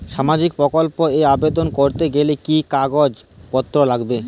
সামাজিক প্রকল্প এ আবেদন করতে গেলে কি কাগজ পত্র লাগবে?